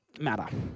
matter